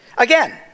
Again